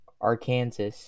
Arkansas